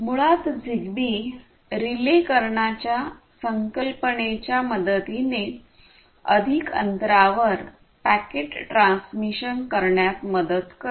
मुळात Zigbee relay करण्याच्या संकल्पनेच्या मदतीने अधिक अंतरावर पॅकेट ट्रान्समिशन करण्यात मदत करते